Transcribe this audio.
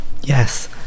Yes